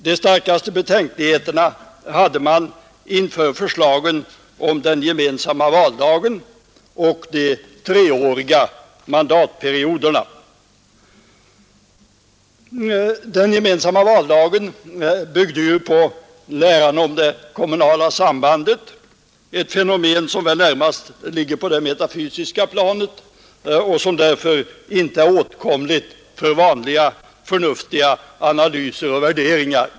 De starkaste betänkligheterna hade man inför förslagen om den gemensamma valdagen och de treåriga mandatperioderna. Den gemensamma valdagen byggde ju på läran om det kommunala sambandet, ett fenomen som närmast ligger på det metafysiska planet och som därför inte är åtkomligt för vanliga förnuftiga analyser och värderingar.